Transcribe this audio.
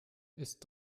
ist